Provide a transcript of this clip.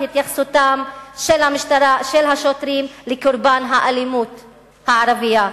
התייחסותם של השוטרים לקורבן האלימות הערבייה.